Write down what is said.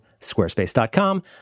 squarespace.com